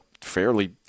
fairly